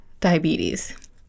diabetes